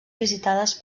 visitades